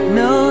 no